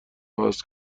عوض